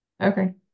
Okay